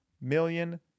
million